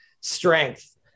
strength